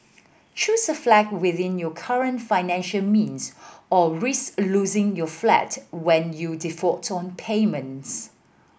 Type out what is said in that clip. choose a flat within your current financial means or risk losing your flat when you default on payments